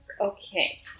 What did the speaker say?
Okay